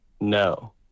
No